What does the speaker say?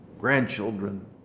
grandchildren